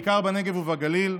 בעיקר בנגב ובגליל,